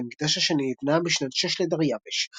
ובית המקדש השני נבנה בשנת שש לדריווש.